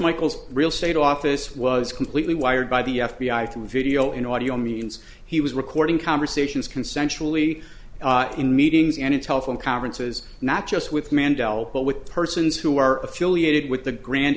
michael's real state office was completely wired by the f b i from the video and audio means he was recording conversations consensually in meetings and it's telephone conferences not just with mandela but with persons who are affiliated with the grand